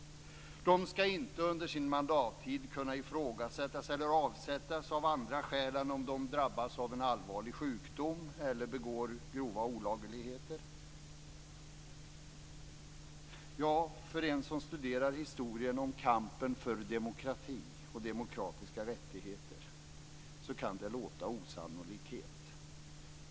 De skall inte under sin mandattid kunna ifrågasättas eller avsättas av andra skäl än om de drabbas av en allvarlig sjukdom eller begår grova olagligheter. För en som studerar historien om kampen för demokrati och demokratiska rättigheter kan detta låta som en osannolikhet.